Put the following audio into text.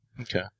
okay